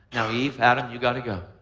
now, eve, adam, you got to go.